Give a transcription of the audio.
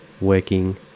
working